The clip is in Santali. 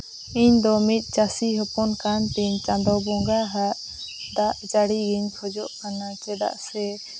ᱤᱧᱫᱚ ᱢᱤᱫ ᱪᱟᱹᱥᱤ ᱦᱚᱯᱚᱱ ᱠᱟᱱᱛᱤᱧ ᱪᱟᱸᱫᱚ ᱵᱚᱸᱜᱟᱣᱟᱜ ᱫᱟᱜ ᱡᱟᱹᱲᱤᱭᱟᱹᱧ ᱠᱷᱚᱡᱚᱜ ᱠᱟᱱᱟ ᱪᱮᱫᱟᱜ ᱥᱮ